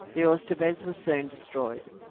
the oyster beds were soon destroyed,